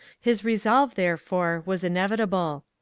his resolve, therefore, was inevitable.